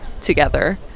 together